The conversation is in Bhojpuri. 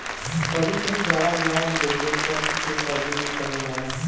कभी कभी जाड़ा लाग गइले पर एके सर्दी भी कहल जाला